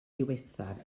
ddiwethaf